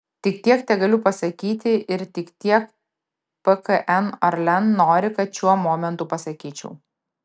tik tiek tegaliu pasakyti ir tik tiek pkn orlen nori kad šiuo momentu pasakyčiau